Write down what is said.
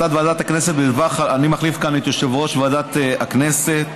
אני מחליף כאן את יושב-ראש ועדת הכנסת.